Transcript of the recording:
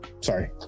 sorry